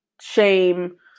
shame